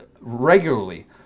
regularly